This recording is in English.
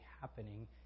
happening